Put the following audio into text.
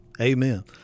Amen